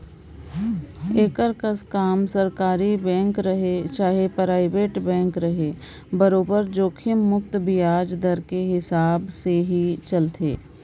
एकर कस काम सरकारी बेंक रहें चाहे परइबेट बेंक रहे बरोबर जोखिम मुक्त बियाज दर के हिसाब से ही चलथे